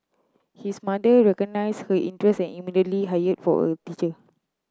his mother recognise her interest and immediately hired for a teacher